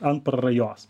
ant prarajos